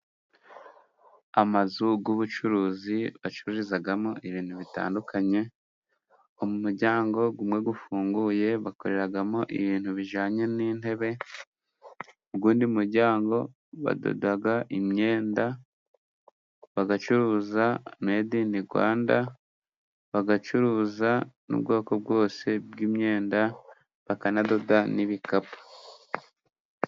Amazu y'ubucuruzi bacururizamo ibintu bitandukanye, umuryango umwe ufunguye bakoreramo ibintu bijyanye n'intebe, uwundi muryango badoda imyenda, bagacuruza made ini Rwanda, bagacuruza n'ubwoko bwose bw'imyenda, bakanadoda n'ibikapu.